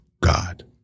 God